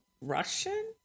Russian